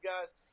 guys